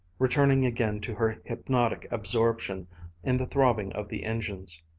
returning again to her hypnotic absorption in the throbbing of the engines.